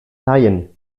laien